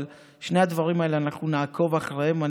שני הדברים האלה, אנחנו נעקוב אחריהם.